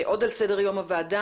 עוד על סדר יום הוועדה,